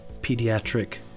pediatric